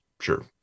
Sure